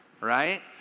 right